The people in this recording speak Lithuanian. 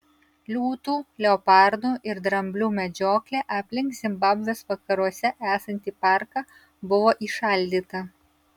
liūtų leopardų ir dramblių medžioklė aplink zimbabvės vakaruose esantį parką buvo įšaldyta